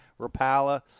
Rapala